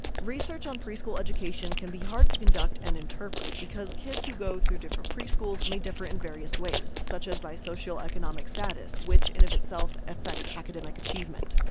research on preschool education education can be hard to conduct and interpret, because kids who go through different preschools may differ in various ways, such as by socioeconomic status, which in of itself affects academic achievement.